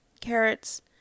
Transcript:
carrots